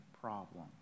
problem